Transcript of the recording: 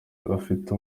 bafite